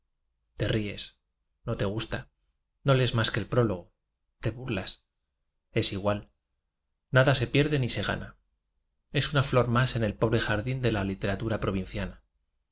i íes no te gusta no lees más que el próogo te burlas es igual nada se pierde ana es una flor más en el pobre d ía